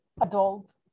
adult